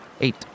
Eight